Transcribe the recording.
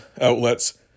outlets